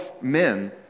men